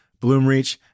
Bloomreach